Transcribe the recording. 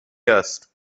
است